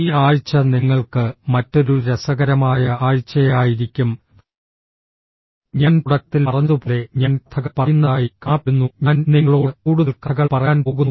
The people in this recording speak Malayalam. ഈ ആഴ്ച നിങ്ങൾക്ക് മറ്റൊരു രസകരമായ ആഴ്ചയായിരിക്കും ഞാൻ തുടക്കത്തിൽ പറഞ്ഞതുപോലെ ഞാൻ കഥകൾ പറയുന്നതായി കാണപ്പെടുന്നു ഞാൻ നിങ്ങളോട് കൂടുതൽ കഥകൾ പറയാൻ പോകുന്നു